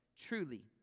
Truly